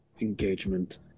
engagement